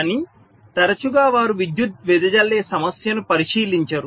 కానీ తరచుగా వారు విద్యుత్ వెదజల్లే సమస్యను పరిశీలించరు